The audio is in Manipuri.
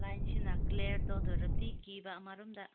ꯂꯥꯏꯟꯁꯤꯅ ꯀ꯭ꯂꯤꯌꯔ ꯇꯧꯗꯔꯕꯗꯤ ꯀꯤꯕ ꯑꯃꯔꯣꯝꯗ